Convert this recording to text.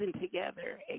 together